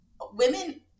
women